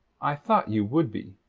i thought you would be,